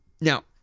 Now